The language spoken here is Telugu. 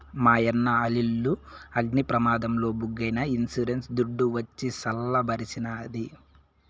మాయన్న ఆలిల్లు అగ్ని ప్రమాదంల బుగ్గైనా ఇన్సూరెన్స్ దుడ్డు వచ్చి సల్ల బరిసినాది